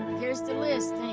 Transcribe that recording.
here's the list.